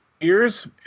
years